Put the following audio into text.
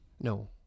No